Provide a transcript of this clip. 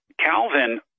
Calvin